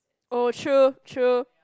oh true true